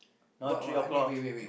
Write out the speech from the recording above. now three o-clock